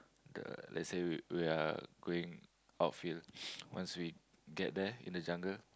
the let's say we we are going outfield once we get there in the jungle